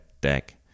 deck